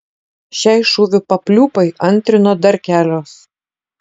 šiai šūvių papliūpai antrino dar kelios